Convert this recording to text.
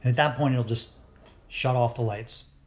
that point it'll just shut off the lights.